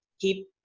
keep